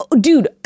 dude